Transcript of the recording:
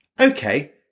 Okay